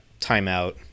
timeout